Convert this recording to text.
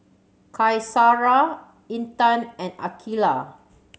Qaisara Intan and Aqilah